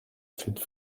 fête